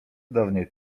dawniej